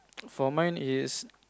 for mine is